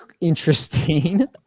interesting